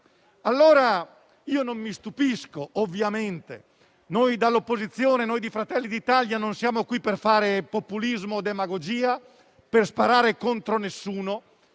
miliardi. Io non mi stupisco, ovviamente. Dall'opposizione, noi di Fratelli d'Italia non siamo qui per fare populismo e demagogia, né per sparare contro qualcuno.